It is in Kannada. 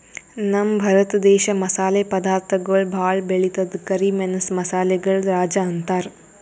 ನಮ್ ಭರತ ದೇಶ್ ಮಸಾಲೆ ಪದಾರ್ಥಗೊಳ್ ಭಾಳ್ ಬೆಳಿತದ್ ಕರಿ ಮೆಣಸ್ ಮಸಾಲೆಗಳ್ ರಾಜ ಅಂತಾರ್